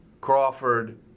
Crawford